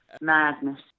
madness